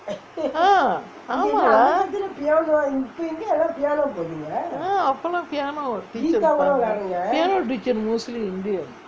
ah ஆமா:aamaa lah ah அப்போ லாம்:appo laam piano teacher இருப்பாங்கே:iruppanggae piano teacher mostly indian